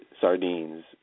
sardines